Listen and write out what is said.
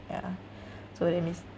yeah so that means